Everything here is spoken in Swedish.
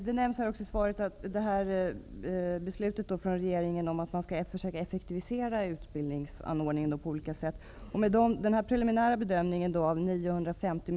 Herr talman! I svaret nämns att man skall försöka effektivisera utbildningen på olika sätt. Hur många nya platser skulle det kunna innebära med detta nya arbetssätt?